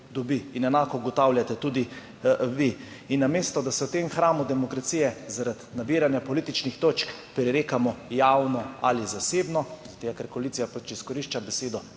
dobi. In enako ugotavljate tudi vi. In namesto da se v tem hramu demokracije zaradi nabiranja političnih točk prerekamo javno ali zasebno, zaradi tega ker koalicija pač izkorišča besedo